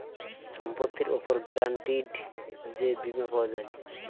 সম্পত্তির উপর গ্যারান্টিড যে বীমা পাওয়া যায়